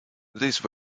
these